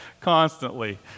constantly